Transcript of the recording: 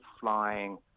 flying